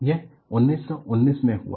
यह 1919 में हुआ